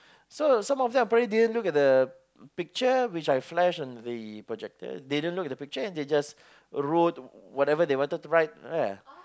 so some of them apparently didn't look at the the picture which I flash on the projector they don't look at the picture and they just wrote whatever they wanted to write